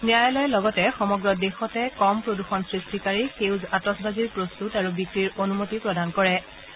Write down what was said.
ন্যায়ালয়ে লগতে সমগ্ৰ দেশতে কম প্ৰদূষণ সৃষ্টিকাৰী সেউজ আতজবাজিৰ প্ৰস্তুত আৰু বিক্ৰীৰ অনুমতি প্ৰদান কৰিছে